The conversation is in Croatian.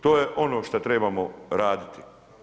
To je ono što trebamo raditi.